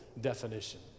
definition